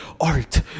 art